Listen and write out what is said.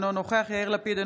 אינו נוכח יאיר לפיד,